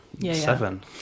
seven